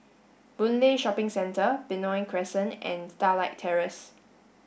Boon Lay Shopping Centre Benoi Crescent and Starlight Terrace